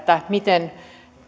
miten